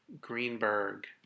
Greenberg